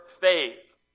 faith